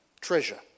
Treasure